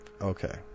okay